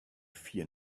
fear